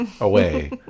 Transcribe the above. away